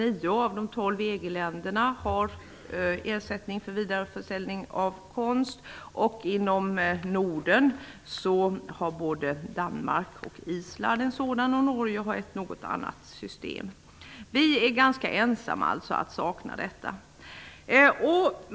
Nio av de tolv EG-länderna har som sagt ersättning för vidareförsäljning av konst, och inom Norden finns detta i både Danmark och Island, medan Norge har ett något annorlunda system. Vi är alltså ganska ensamma om att sakna en sådan ersättning.